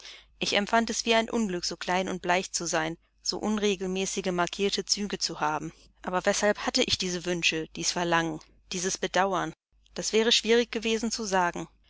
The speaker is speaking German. ich empfand es wie ein unglück so klein und bleich zu sein so unregelmäßige markierte züge zu haben aber weshalb hatte ich diese wünsche dies verlangen dieses bedauern das wäre schwierig gewesen zu sagen